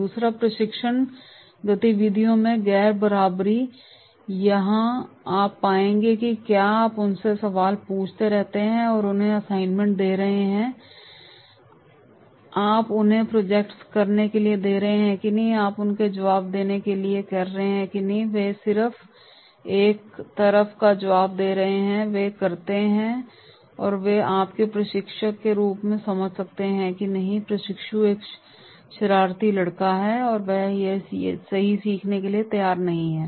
दूसरा प्रशिक्षण गतिविधियों में गैर बराबरी है यहां आप पाएंगे कि क्या आप उनसे सवाल पूछते रहते हैं आप उन्हें असाइनमेंट दे रहे हैं आप उन्हें प्रोजेक्ट्स करने के लिए कह रहे हैं आप उनसे जवाब देने के लिए कह रहे हैं और फिर वे सिर्फ एक तरफ का जवाब दे रहे हैं वे करते हैं और फिर आप एक प्रशिक्षक के रूप में समझ सकते हैं कि नहीं यह प्रशिक्षु एक शरारती लड़का है वह सही सीखने के लिए तैयार नहीं है